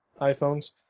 iPhones